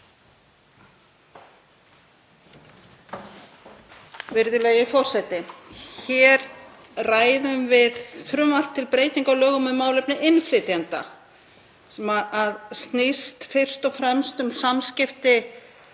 Virðulegi forseti. Hér ræðum við frumvarp til breytinga á lögum um málefni innflytjenda sem snýst fyrst og fremst um samskipti